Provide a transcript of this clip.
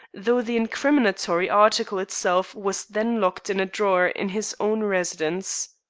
though the incriminatory article itself was then locked in a drawer in his own residence.